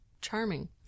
charming